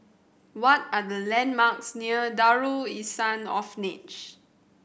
what are the landmarks near Darul Ihsan Orphanage